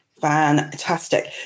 fantastic